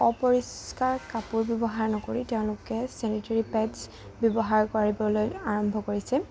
অপৰিষ্কাৰ কাপোৰ ব্যৱহাৰ নকৰি তেওঁলোকে চেনিটেৰি পেডচ্ ব্যৱহাৰ কৰিবলৈ আৰম্ভ কৰিছে